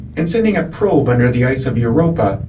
and sending a probe under the ice of europa,